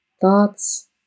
thoughts